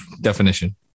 definition